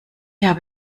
habe